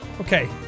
Okay